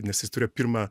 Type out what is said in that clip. nes jis turėjo pirmą